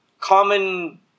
Common